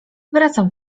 wracam